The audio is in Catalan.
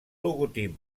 logotip